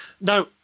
now